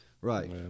right